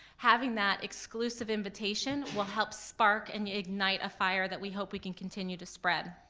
having that exclusive invitation will help spark and ignite a fire that we hope we can continue to spread.